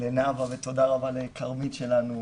נאווה ותודה רבה לכרמית שלנו,